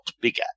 bigger